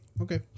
Okay